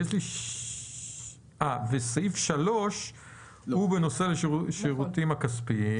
סעיף 3 הוא בנושא השירותים הכספיים.